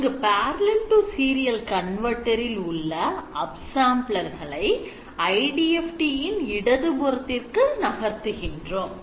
இங்கு parallel to serial மாற்றியின் உள்ள up samplers களை IDFT இன் இடது புறத்திற்கு நகர்த்துகின்றோம்